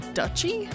duchy